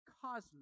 cosmic